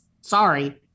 Sorry